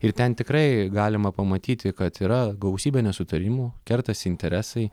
ir ten tikrai galima pamatyti kad yra gausybė nesutarimų kertasi interesai